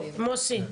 מוסי.